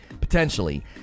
potentially